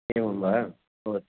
एवं वा भवतु